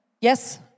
yes